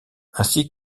ainsi